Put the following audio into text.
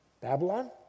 Babylon